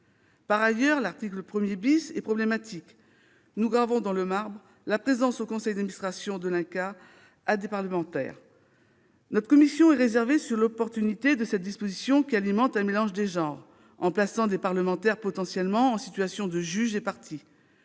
Par ailleurs, l'article 1 est problématique. Nous gravons dans le marbre la présence au conseil d'administration de l'INCa de parlementaires. Notre commission est réservée sur l'opportunité de cette disposition, qui alimente un mélange des genres, en plaçant des parlementaires potentiellement en situation de juge et partie